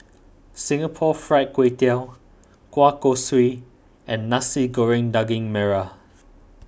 Singapore Fried Kway Tiao Kueh Kosui and Nasi Goreng Daging Merah